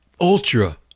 ultra